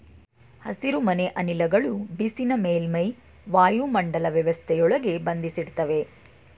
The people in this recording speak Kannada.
ಹಸಿರುಮನೆ ಅನಿಲಗಳು ಬಿಸಿನ ಮೇಲ್ಮೈ ವಾಯುಮಂಡಲ ವ್ಯವಸ್ಥೆಯೊಳಗೆ ಬಂಧಿಸಿಡ್ತವೆ